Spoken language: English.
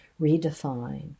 Redefine